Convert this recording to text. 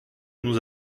nous